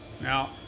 Now